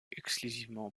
exclusivement